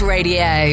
Radio